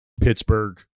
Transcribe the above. Pittsburgh